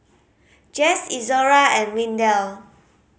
Jess Izora and Windell